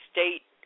State